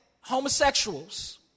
homosexuals